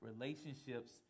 relationships